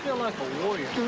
like a warrior.